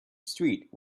street